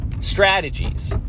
strategies